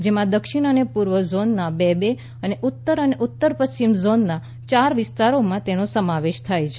જેમાં દક્ષિણ અને પૂર્વ ઝોનના બે બે અને ઉત્તર અને ઉત્તર પશ્ચિમ ઝોનના ચાર વિસ્તારોનો તેમાં સમાવેશ થાય છે